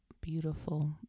beautiful